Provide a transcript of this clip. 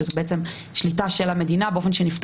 שזה בעצם שליטה של המדינה באופן שנפטור